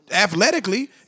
athletically